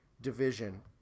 division –